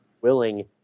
willing